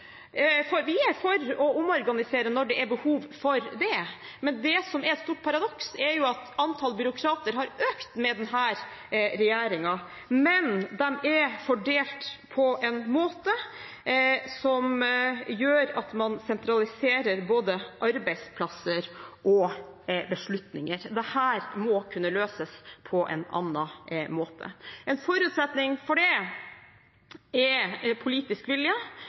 lengre. Vi er for å omorganisere når det er behov for det, men det som er et stort paradoks til tross for at antall byråkrater har økt under denne regjeringen, er at de er fordelt på en måte som gjør at man sentraliserer både arbeidsplasser og beslutninger. Dette må kunne løses på en annen måte. En forutsetning for det er politisk vilje